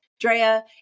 Drea